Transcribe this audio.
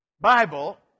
Bible